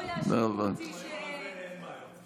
אין שום בעיה.